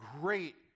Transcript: great